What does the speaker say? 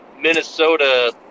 Minnesota